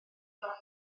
ddoniol